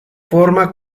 forma